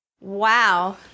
Wow